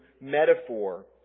metaphor